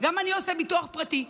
גם אני עושה ביטוח פרטי.